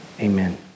Amen